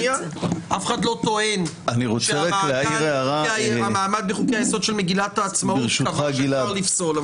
אף אחד לא טוען שהמעמד בחוקי היסוד של מגילת העצמאות קבע שאפשר לפסול.